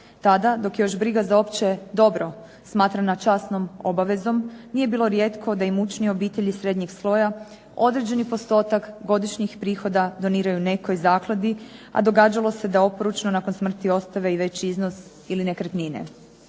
Tada, dok još briga za opće dobro smatrana časnom obavezom, nije bilo rijetko da imućnije obitelji srednjeg sloja određeni postotak godišnjih prihoda doniraju nekoj zakladi a događalo se da oporučno nakon smrti ostave i veći iznos ili nekretnine.